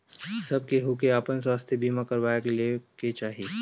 सब केहू के आपन स्वास्थ्य बीमा करवा लेवे के चाही